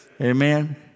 amen